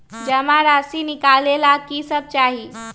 जमा राशि नकालेला कि सब चाहि?